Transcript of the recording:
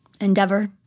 Endeavor